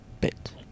Bit